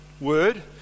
word